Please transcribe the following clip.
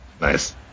Nice